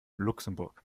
luxemburg